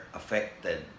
affected